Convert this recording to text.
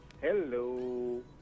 Hello